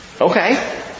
Okay